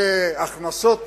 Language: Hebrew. להכנסות